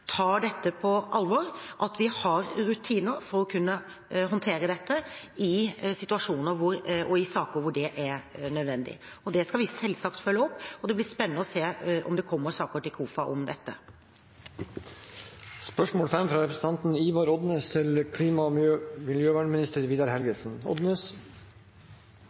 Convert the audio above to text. tar dette på alvor, og at vi har rutiner for å kunne håndtere dette i situasjoner og saker hvor det er nødvendig. Det skal vi selvsagt følge opp, og det blir spennende å se om det kommer saker til KOFA om dette. «Bestanden av jerv i Norge har økt fra 269 dyr til 306 fra 2015 til